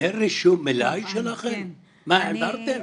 אין רישום מלאי שלכם, מה העברתם?